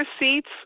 receipts